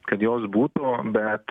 kad jos būtų bet